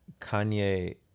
Kanye